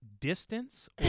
distance